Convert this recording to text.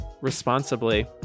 responsibly